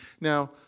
Now